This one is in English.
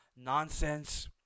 Nonsense